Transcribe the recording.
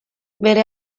bere